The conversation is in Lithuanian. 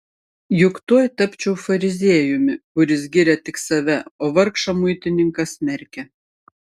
juk tuoj tapčiau fariziejumi kuris giria tik save o vargšą muitininką smerkia